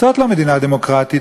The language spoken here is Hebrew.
זאת לא מדינה דמוקרטית.